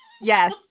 yes